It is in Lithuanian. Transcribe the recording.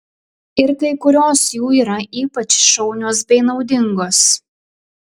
ir kai kurios jų yra ypač šaunios bei naudingos